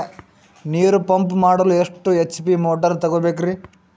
ನೀರು ಪಂಪ್ ಮಾಡಲು ಎಷ್ಟು ಎಚ್.ಪಿ ಮೋಟಾರ್ ತಗೊಬೇಕ್ರಿ?